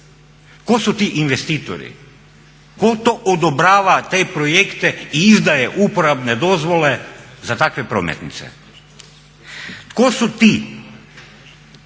Tko su ti investitori? Tko to odobrava te projekte i izdaje uporabne dozvole za takve prometnice? Tko su ti koji